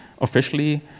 officially